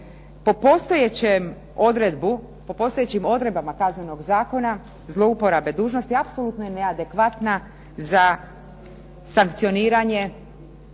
po postojećim odredbama Kaznenog zakona zlouporabe dužnosti apsolutno je neadekvatna za sankcioniranje